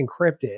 encrypted